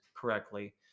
correctly